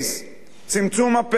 צמצום הפערים,